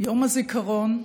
יום הזיכרון.